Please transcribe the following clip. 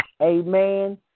amen